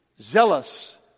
zealous